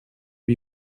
lui